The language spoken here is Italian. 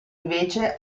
invece